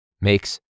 makes